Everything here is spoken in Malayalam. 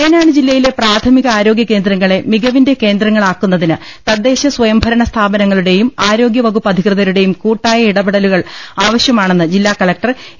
വയനാട് ജില്ലയിലെ പ്രാഥമിക ആരോഗൃകേന്ദ്രങ്ങളെ മികവിന്റെ കേന്ദ്രങ്ങളാക്കുന്നതിന് തദ്ദേശ സ്വയംഭരണ സ്ഥാപനങ്ങളുടെയും ആരോഗ്യ വകുപ്പ് അധികൃതരുടെയും കൂട്ടായ ഇടപെടലുകൾ ആവശ്യമാണെന്ന് ജില്ലാ കളക്ടർ എ